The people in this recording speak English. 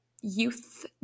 youth